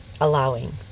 allowing